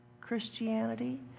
Christianity